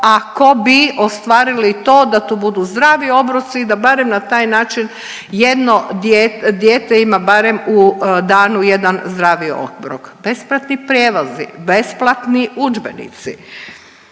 ako bi ostvarili to da to budu zdravi obroci da barem na taj način jedno dijete ima barem u danu jedan zdravi obrok. Besplatni prijevozi, besplatni udžbenici,